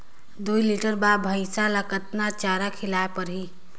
दुई लीटर बार भइंसिया ला कतना चारा खिलाय परही?